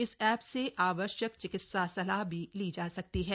इस एप से आवश्यक चिकित्सा सलाह भी ली जा सकती है